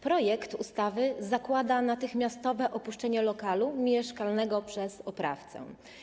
Projekt ustawy zakłada natychmiastowe opuszczenie lokalu mieszkalnego przez oprawcę.